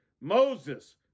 Moses